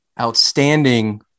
outstanding